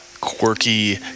quirky